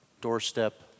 doorstep